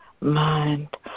mind